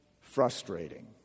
frustrating